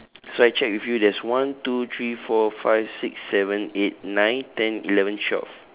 so I check with you there's one two three four five six seven eight nine ten eleven twelve